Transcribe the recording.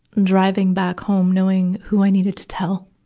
driving back home, knowing who i needed to tell,